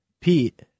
Pete